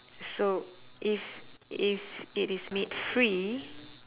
so if if it is made free